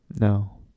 no